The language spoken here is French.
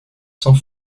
sans